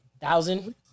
thousand